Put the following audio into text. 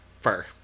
fur